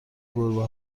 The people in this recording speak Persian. گربه